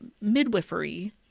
midwifery